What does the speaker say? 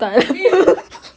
then you